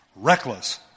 Reckless